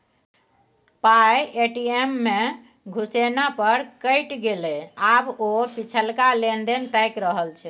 पाय ए.टी.एम मे घुसेने पर कटि गेलै आब ओ पिछलका लेन देन ताकि रहल छै